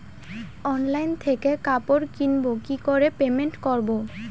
Online থেকে কাপড় কিনবো কি করে পেমেন্ট করবো?